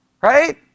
right